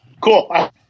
Cool